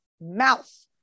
mouth